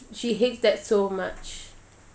she hates she hates that so much